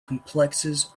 complexes